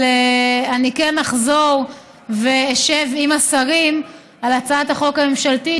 אבל אני כן אחזור ואשב עם השרים על הצעת החוק הממשלתית,